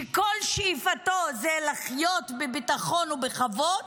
שכל שאיפתו היא לחיות בביטחון ובכבוד,